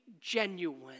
genuine